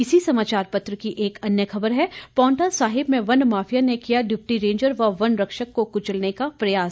इसी समाचार पत्र की एक अन्य खबर है पांवटा साहिब में वन माफिया ने किया डिप्टी रेंजर व वनरक्षक को कुचलने का प्रयास